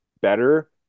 better